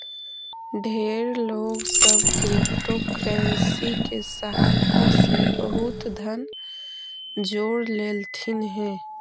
ढेर लोग सब क्रिप्टोकरेंसी के सहायता से बहुत धन जोड़ लेलथिन हे